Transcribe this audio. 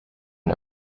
and